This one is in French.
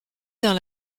dans